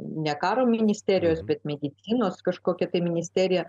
ne karo ministerijos bet medicinos kažkokia tai ministerija